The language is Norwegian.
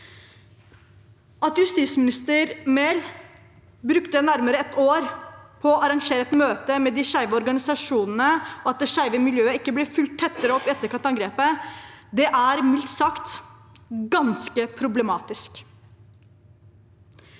At justisminister Mehl brukte nærmere ett år på å arrangere et møte med de skeive organisasjonene, og at det skeive miljøet ikke ble fulgt tettere opp i etterkant av angrepet, er mildt sagt ganske problematisk.